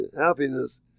happiness